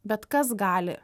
bet kas gali